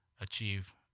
achieve